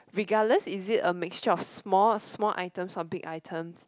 regardless is it a mixture a small small items or big item